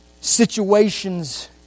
situations